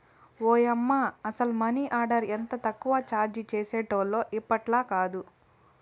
ఓయమ్మ, అసల money order ఎంత తక్కువ చార్జీ చేసేటోల్లో ఇప్పట్లాకాదు